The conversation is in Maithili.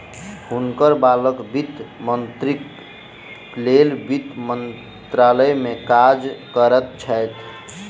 हुनकर बालक वित्त मंत्रीक लेल वित्त मंत्रालय में काज करैत छैथ